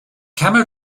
camel